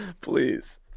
Please